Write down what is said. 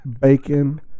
bacon